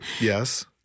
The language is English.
Yes